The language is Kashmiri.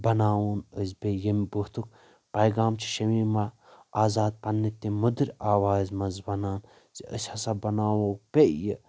بناوون أسۍ بیٚیہِ ییٚمہِ بٲتھُک پیغام چھُ شمیٖما آزاد پننہِ تٔمۍ مٔدٕر آوازِ منٛز ونان زِ أسۍ ہسا بناوو بیٚیہِ